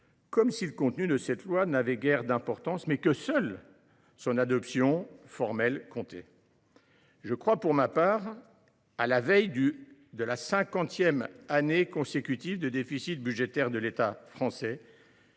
comme si le contenu de ce texte n’avait guère d’importance, mais que seule comptait son adoption formelle. Je crois, pour ma part, à la veille de la cinquantième année consécutive de déficit budgétaire de l’État français,